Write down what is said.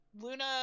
luna